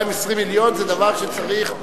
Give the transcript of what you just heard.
220 מיליון זה דבר שצריך,